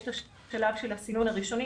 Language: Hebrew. יש את השלב של הסינון הראשוני.